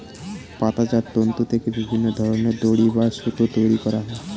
পাতাজাত তন্তু থেকে বিভিন্ন ধরনের দড়ি বা সুতো তৈরি করা হয়